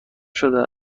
شده